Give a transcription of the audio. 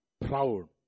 Proud